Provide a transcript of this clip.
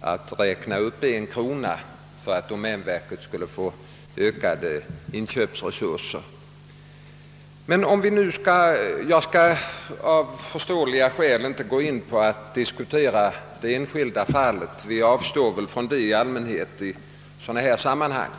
att räkna upp en krona för att domänverket skulle få ökade inköpsresurser. Jag skall av förståeliga skäl inte gå in på att diskutera det enskilda fallet — vi avstår väl i allmänhet från det i sådana här sammanhang.